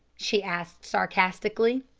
she asked sarcastically.